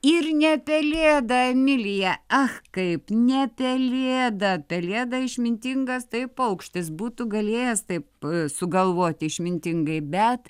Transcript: ir ne pelėda emilija ach kaip ne pelėda pelėda išmintingas tai paukštis būtų galėjęs taip sugalvoti išmintingai bet